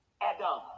Adam